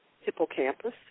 hippocampus